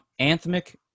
anthemic